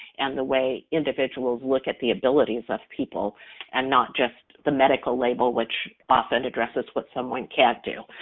and the way individuals look at the abilities of people and not just the medical label which often addresses what someone can't do.